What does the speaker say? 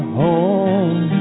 home